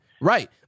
Right